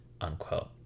unquote